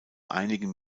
einigen